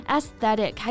Aesthetic